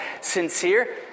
sincere